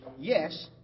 Yes